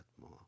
more